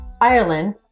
Ireland